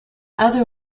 other